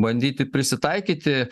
bandyti prisitaikyti